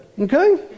Okay